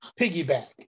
piggyback